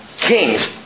kings